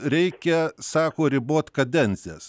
reikia sako ribot kadencijas